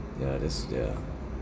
ya that's ya